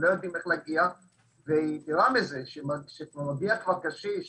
יתרה מזה, כשמגיע קשיש